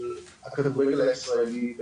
של הכדורגל הישראלי,